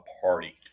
party